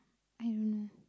I don't know